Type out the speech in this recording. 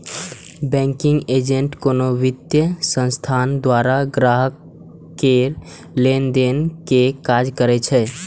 banking agent कोनो वित्तीय संस्थान द्वारा ग्राहक केर लेनदेन के काज करै छै